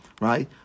right